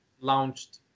launched